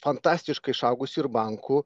fantastiškai išaugusi ir bankų